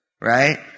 right